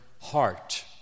heart